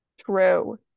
true